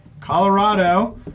Colorado